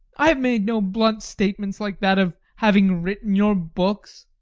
i have made no blunt statements like that of having written your books.